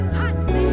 Hot